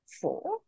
four